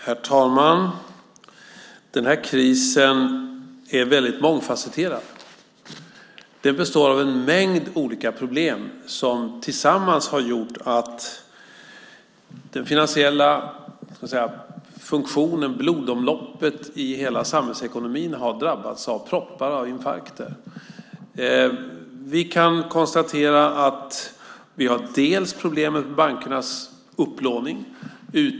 Herr talman! Den här krisen är väldigt mångfasetterad. Den består av en mängd olika problem som tillsammans har gjort att den finansiella funktionen, blodomloppet i hela samhällsekonomin, har drabbats av proppar och infarkter. Vi kan konstatera att vi har problemet med bankernas upplåning.